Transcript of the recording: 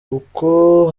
uko